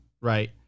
right